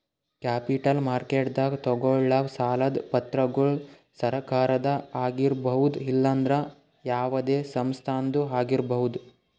capital ಮಾರ್ಕೆಟ್ದಾಗ್ ತಗೋಳವ್ ಸಾಲದ್ ಪತ್ರಗೊಳ್ ಸರಕಾರದ ಆಗಿರ್ಬಹುದ್ ಇಲ್ಲಂದ್ರ ಯಾವದೇ ಸಂಸ್ಥಾದ್ನು ಆಗಿರ್ಬಹುದ್